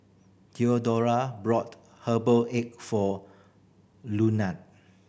Theodora bought herbal egg for Lunan